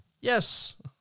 Yes